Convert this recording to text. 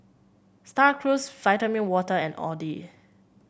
Star Cruise Vitamin Water and Audi